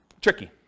tricky